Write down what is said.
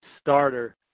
starter